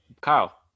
Kyle